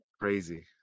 crazy